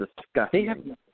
disgusting